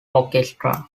orchestra